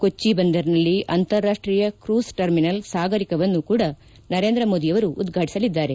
ಕೊಚ್ಚಿ ಬಂದರಿನಲ್ಲಿ ಅಂತಾರಾಷ್ಷೀಯ cruise terminal Sagarika ವನ್ನು ಕೂಡ ನರೇಂದ್ರ ಮೋದಿ ಅವರು ಉದ್ವಾಟಿಸಲಿದ್ದಾರೆ